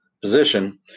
position